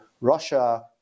Russia